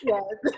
Yes